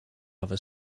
other